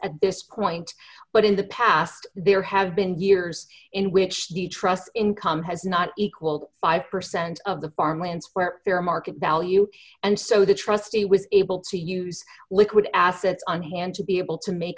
at this point but in the past there have been years in which the trust income has not equal five percent of the farmlands where their market value and so the trustee was able to use liquid assets on hand to be able to make